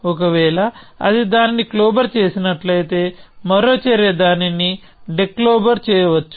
ఒకవేళ అది దానిని క్లోబర్ చేసినట్లయితే మరో చర్య దానిని డెక్లోబెర్ చేయవచ్చు